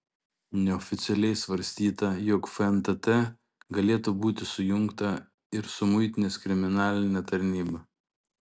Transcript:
neoficialiai svarstyta jog fntt galėtų būti sujungta ir su muitinės kriminaline tarnyba